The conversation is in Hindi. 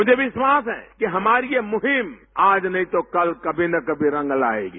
मुझे विश्वास है कि हमारी ये मुहिम आज नहीं तो कल कभी न कभी रंग लायेगी